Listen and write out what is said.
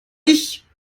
ich